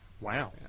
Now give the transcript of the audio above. Wow